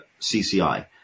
CCI